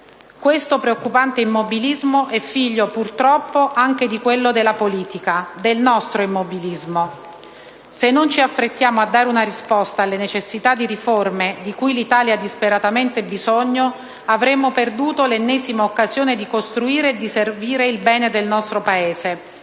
Questo preoccupante immobilismo è figlio, purtroppo, anche di quello della politica, del nostro immobilismo. Se non ci affrettiamo a dare una risposta alle necessità di riforme di cui l'Italia ha disperatamente bisogno, avremo perduto l'ennesima occasione di costruire e di servire il bene del nostro Paese